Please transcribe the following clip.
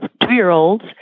two-year-olds